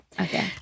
Okay